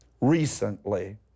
recently